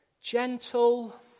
gentle